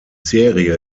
serie